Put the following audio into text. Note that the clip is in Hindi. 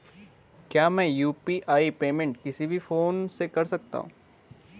क्या मैं यु.पी.आई पेमेंट किसी भी फोन से कर सकता हूँ?